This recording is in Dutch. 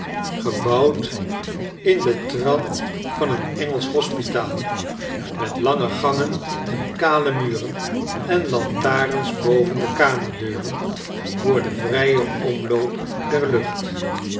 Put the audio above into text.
gebouwd in den trant van een engelsch hospitaal met langegangen en kale muren en lantaiens boven de kamerdeuren voor den vrijen omloop der lucht